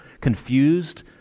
confused